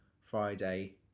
Friday